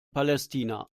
palästina